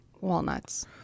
walnuts